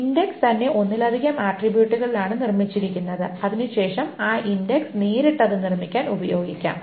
index തന്നെ ഒന്നിലധികം ആട്രിബ്യൂട്ടുകളിലാണ് നിർമ്മിച്ചിരിക്കുന്നത് അതിനുശേഷം ആ ഇൻഡെക്സ് നേരിട്ട് അത് നിർമ്മിക്കാൻ ഉപയോഗിക്കാം